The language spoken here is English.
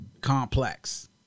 complex